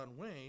Wayne